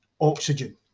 oxygen